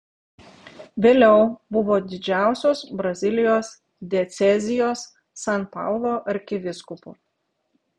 vėliau buvo didžiausios brazilijos diecezijos san paulo arkivyskupu